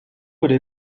wurde